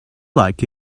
like